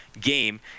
Game